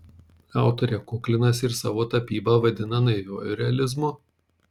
autorė kuklinasi ir savo tapybą vadina naiviuoju realizmu